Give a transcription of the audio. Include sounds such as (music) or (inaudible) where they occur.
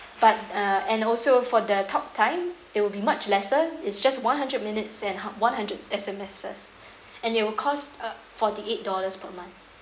but uh and also for the talk time it will be much lesser it's just one hundred minutes and one hundred S_M_S (breath) and it will cost uh forty eight dollars per month